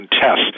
tests